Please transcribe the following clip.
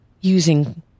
using